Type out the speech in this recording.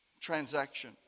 transaction